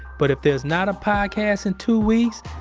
but if there's not a podcast in two weeks,